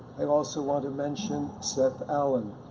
i also ah to mention seth allen,